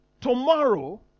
tomorrow